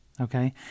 Okay